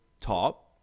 top